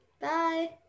Bye